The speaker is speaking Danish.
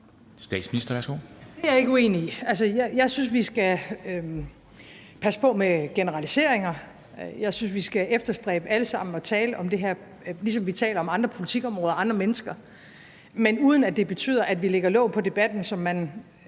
(Mette Frederiksen): Det er jeg ikke uenig i. Altså, jeg synes, vi skal passe på med generaliseringer. Jeg synes, vi alle sammen skal efterstræbe at tale om det her, ligesom vi taler om andre politikområder og andre mennesker, men uden at det betyder, at vi lægger låg på debatten, som det